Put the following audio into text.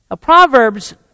Proverbs